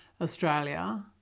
Australia